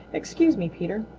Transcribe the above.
excuse me, peter,